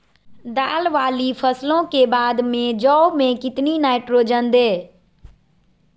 दाल वाली फसलों के बाद में जौ में कितनी नाइट्रोजन दें?